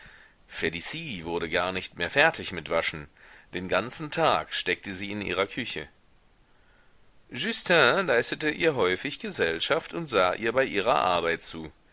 wurde gar nicht mehr fertig mit waschen den ganzen tag steckte sie in ihrer küche justin leistete ihr häufig gesellschaft und sah ihr bei ihrer arbeit zu